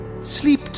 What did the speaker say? Sleep